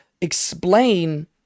explain